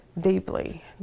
deeply